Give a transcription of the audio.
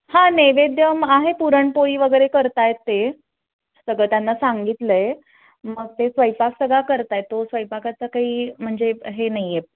हां नैवेद्य आहे पुरणपोळी वगैरे करतायत ते सगळं त्यांना सांगितलं आहे मग ते स्वयंपाक सगळा करतायत तो स्वयंपाकाचा काही म्हणजे हे नाही आहे